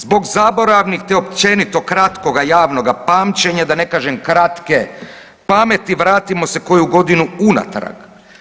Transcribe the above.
Zbog zaboravnih te općenito kratkoga javnoga pamćenja, da ne kažem kratke pameti, vratimo se koju godinu unatrag.